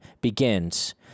begins